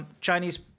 Chinese